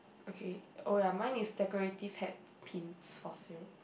okay oh ya mine is decorative hat pins for sale